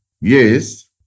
Yes